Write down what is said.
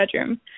bedroom